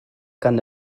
gan